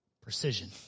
precision